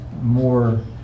more